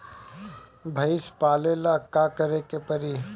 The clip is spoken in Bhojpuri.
भइसी पालेला का करे के पारी?